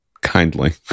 Kindly